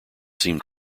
seemed